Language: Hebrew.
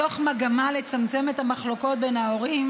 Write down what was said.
מתוך מגמה לצמצם את המחלוקות בין ההורים